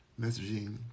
messaging